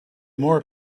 more